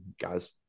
guys